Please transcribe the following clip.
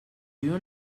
you